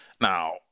now